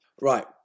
right